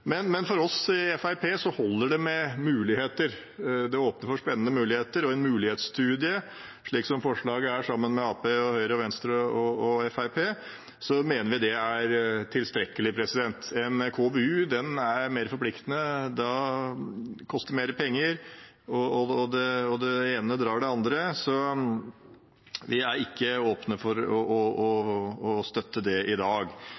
Men for oss i Fremskrittspartiet holder det med muligheter. Det åpner for spennende muligheter, og en mulighetsstudie, slik som er foreslått av Arbeiderpartiet, Høyre, Venstre og Fremskrittspartiet, mener vi er tilstrekkelig. En KVU er mer forpliktende, koster mer penger, og det ene drar det andre, så vi er ikke åpne for å støtte det i dag.